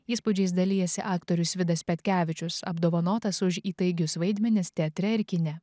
įspūdžiais dalijasi aktorius vidas petkevičius apdovanotas už įtaigius vaidmenis teatre ir kine